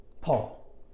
Paul